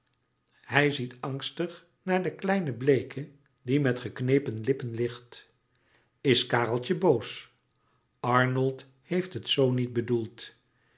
hij ziet angstig naar den kleinen bleeke die met geknepen lippen ligt is kareltje boos arnold heeft het zoo niet bedoeld